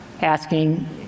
asking